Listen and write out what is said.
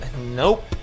Nope